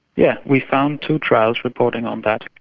yeah we found two trials reporting on that,